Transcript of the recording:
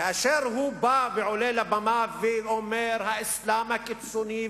כאשר הוא בא ועולה לבמה ואומר: האסלאם הקיצוני,